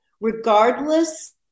regardless